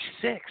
six